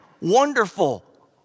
wonderful